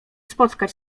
spotkać